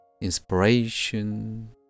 inspiration